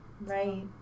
right